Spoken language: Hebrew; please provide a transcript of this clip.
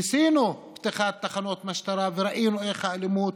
ניסינו פתיחת תחנות משטרה וראינו איך האלימות